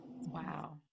Wow